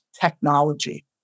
technology